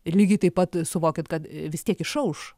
ir lygiai taip pat suvokit kad vis tiek išauš